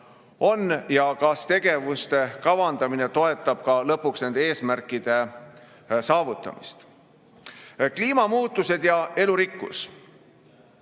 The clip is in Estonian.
on ja kas tegevuste kavandamine toetab lõpuks ka eesmärkide saavutamist. Kliimamuutused ja elurikkus.